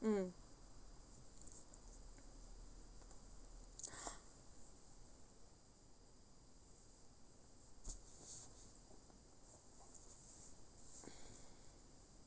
mm